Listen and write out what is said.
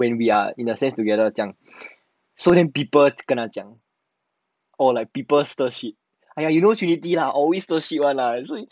when we are in a sense together 这样 so then people 就跟他讲 or like people stir shit !aiya! you don't treat him lah always those shit [one] lah